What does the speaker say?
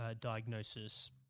diagnosis